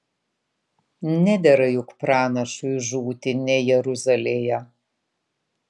nedera juk pranašui žūti ne jeruzalėje